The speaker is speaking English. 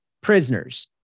prisoners